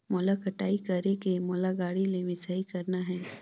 मोला कटाई करेके मोला गाड़ी ले मिसाई करना हे?